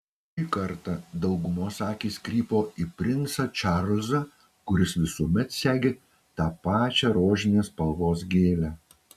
šį kartą daugumos akys krypo į princą čarlzą kuris visuomet segi tą pačią rožinės spalvos gėlę